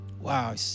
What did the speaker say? Wow